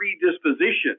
predisposition